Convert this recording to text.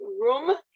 room